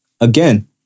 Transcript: again